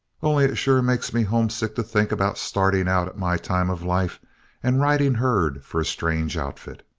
only it sure makes me homesick to think about starting out at my time of life and riding herd for a strange outfit.